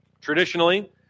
Traditionally